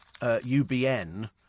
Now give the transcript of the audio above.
UBN